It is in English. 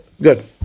Good